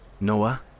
Noah